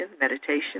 meditation